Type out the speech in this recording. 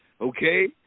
okay